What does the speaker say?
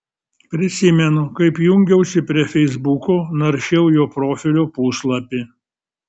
prisimenu kaip jungiausi prie feisbuko naršiau jo profilio puslapį